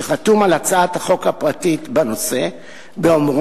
שחתום על הצעת החוק הפרטית בנושא באומרו,